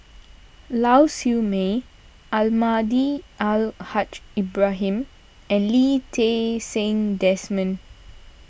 Lau Siew Mei Almahdi Al Haj Ibrahim and Lee Ti Seng Desmond